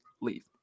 leave